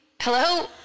Hello